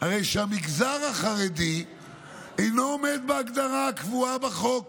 הרי שהמגזר החרדי אינו עומד בהגדרה הקבועה בחוק